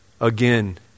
again